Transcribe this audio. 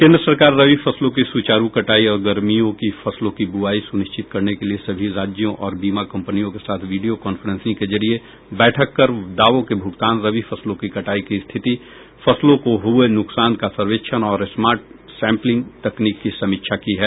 केन्द्र सरकार रबी फसलों की सुचारू कटाई और गर्मियों की फसलों की बुआई सुनिश्चित करने के लिए सभी राज्यों और बीमा कंपनियों के साथ वीडियों कांफ्रेंस के जरिये बैठक कर दावों के भूगतान रबी फसलों की कटाई की स्थिति फसलों को हुए नुकसान का सर्वेक्षण और स्मार्ट सैंप्लिंग तकनीक की समीक्षा की है